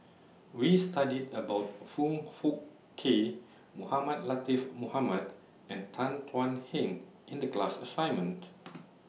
We studied about Foong Fook Kay Mohamed Latiff Mohamed and Tan Thuan Heng in The class assignment